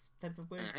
technically